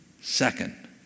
second